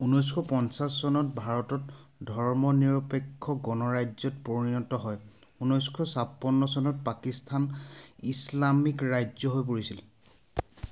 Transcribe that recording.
ঊনৈছশ পঞ্চাছ চনত ভাৰতত ধৰ্ম নিৰপেক্ষ গণৰাজ্যত পৰিণত হয় ঊনৈছশ ছাপন্ন চনত পাকিস্তান ইছলামিক ৰাজ্য হৈ পৰিছিল